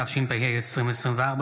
התשפ"ה 2024,